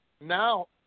now